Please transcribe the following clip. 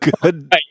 good